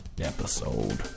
Episode